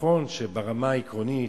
נכון שברמה העקרונית,